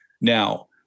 Now